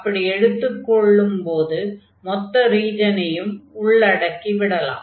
அப்படி எடுத்துக் கொள்ளும் போது மொத்த ரீஜனையும் உள்ளடக்கி விடலாம்